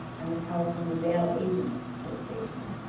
and the california bail agents association.